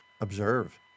observe